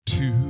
Two